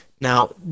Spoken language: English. Now